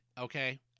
okay